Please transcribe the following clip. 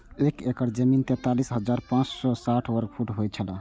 एक एकड़ जमीन तैंतालीस हजार पांच सौ साठ वर्ग फुट होय छला